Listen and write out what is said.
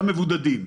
מבודדים.